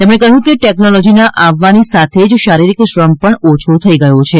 તેમણે કહ્યું કે ટેકનોલોજીના આવવાની સાથે જ શારીરિક શ્રમ ઓછો થઈ ગયો છે